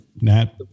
Nat